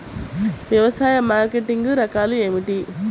వ్యవసాయ మార్కెటింగ్ రకాలు ఏమిటి?